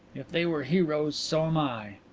if they were heroes, so am i.